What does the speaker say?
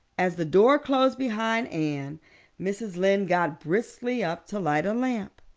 as the door closed behind anne mrs. lynde got briskly up to light a lamp.